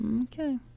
Okay